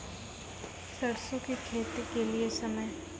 सरसों की खेती के लिए समय?